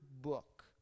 book